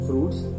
Fruits